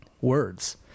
words